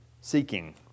seeking